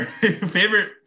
favorite